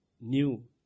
new